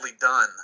done